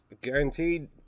guaranteed